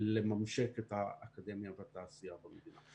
לממשק את האקדמיה והתעשייה במדינה.